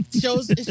shows